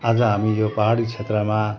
आज हामी यो पहाडी क्षेत्रमा